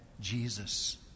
Jesus